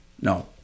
no